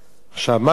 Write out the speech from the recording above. מה כתוב?